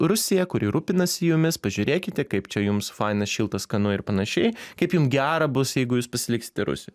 rusija kuri rūpinasi jumis pažiūrėkite kaip čia jums faina šilta skanu ir panašiai kaip jum gera bus jeigu jūs pasiliksite rusijoj